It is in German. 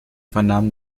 vernahmen